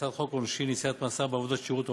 הצעת חוק העונשין (נשיאת מאסר בעבודות שירות,